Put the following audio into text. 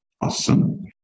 Awesome